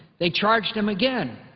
they charged him again.